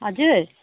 हजुर